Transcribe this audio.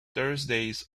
thursdays